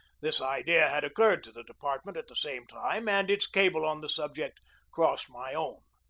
this idea had occurred to the department at the same time, and its cable on the subject crossed my own.